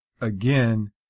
again